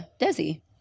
Desi